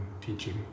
teaching